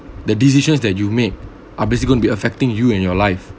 the decisions that you make are basically going to be affecting you in your life